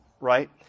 right